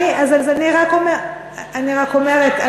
אני רק אומרת,